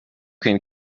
can